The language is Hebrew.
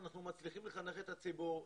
אנחנו מצליחים לחנך את הציבור,